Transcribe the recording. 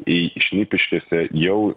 į šnipiškėse jau